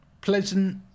pleasant